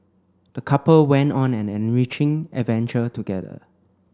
the couple went on an enriching adventure together